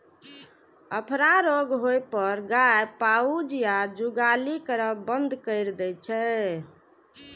अफरा रोग होइ पर गाय पाउज या जुगाली करब बंद कैर दै छै